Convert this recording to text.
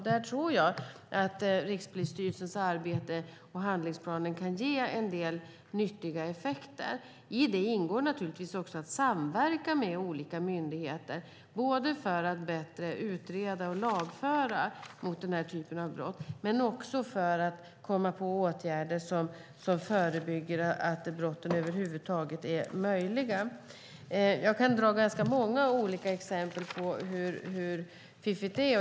Där tror jag att Rikspolisstyrelsens arbete och handlingsplanen kan ge en del nyttiga effekter. I det ingår också att samverka med olika myndigheter både för att bättre utreda och lagföra den här typen av brott och för att komma på åtgärder som förebygger att brotten över huvud taget är möjliga. Jag kan dra ganska många olika exempel på hur fiffigt det är.